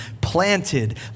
planted